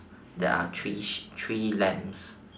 there are three sh~ three lambs